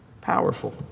powerful